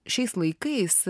šiais laikais